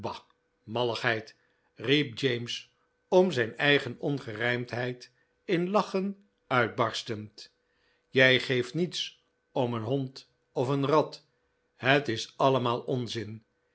malligheid riep james om zijn eigen ongerijmdheid in lachen uitbarsfend jij geeft niets om een hond of een rat het is allemaal onzin